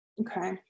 Okay